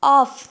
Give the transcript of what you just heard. off